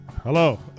Hello